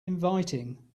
inviting